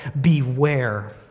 Beware